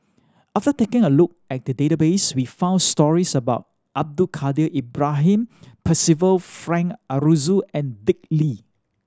after taking a look at the database we found stories about Abdul Kadir Ibrahim Percival Frank Aroozoo and Dick Lee